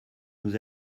nous